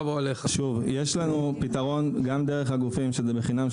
יש לנו פתרון גם דרך הגופים, שזה בחינם.